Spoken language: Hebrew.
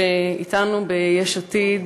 שאתנו ביש עתיד,